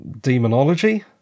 demonology